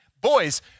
boys